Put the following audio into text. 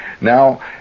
Now